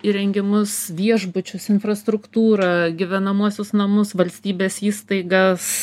įrengimus viešbučius infrastruktūrą gyvenamuosius namus valstybės įstaigas